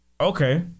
Okay